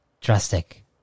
Drastic